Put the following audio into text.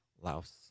Laos